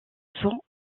sans